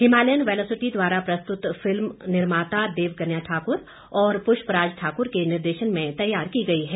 Himalayan velocity द्वारा प्रस्तुत film निर्माता देवकन्या ठाक्र और पुष्पराज ठाक्र के निर्देशन में तैयार की गई है